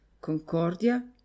concordia